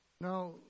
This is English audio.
Now